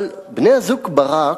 אבל בני הזוג ברק,